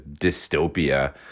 dystopia